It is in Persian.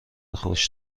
خوش